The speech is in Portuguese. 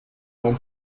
não